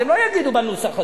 אז הם לא יגידו בנוסח הזה.